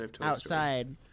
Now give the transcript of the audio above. outside